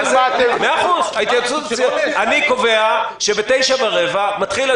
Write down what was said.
אנחנו קבענו דיון.